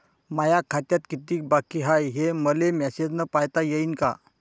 माया खात्यात कितीक बाकी हाय, हे मले मेसेजन पायता येईन का?